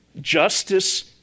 Justice